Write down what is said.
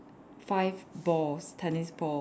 five balls tennis ball